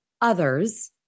others